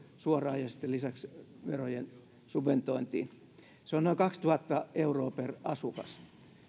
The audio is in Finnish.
suoraan ja sitten lisäksi verojen subventointiin se on noin kaksituhatta euroa per asukas